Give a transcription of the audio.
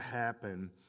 Happen